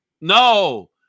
No